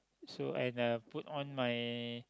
so and I put on my